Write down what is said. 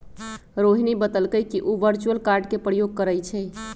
रोहिणी बतलकई कि उ वर्चुअल कार्ड के प्रयोग करई छई